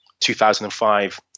2005